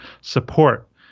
support